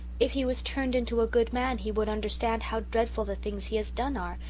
if he was turned into a good man he would understand how dreadful the things he has done are,